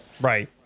Right